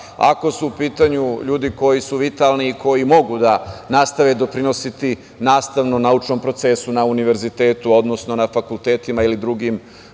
ako su u pitanju ljudi koji su vitalni i koji mogu da nastave doprinositi nastavno-naučnom procesu na univerzitetu, odnosno na fakultetima ili drugim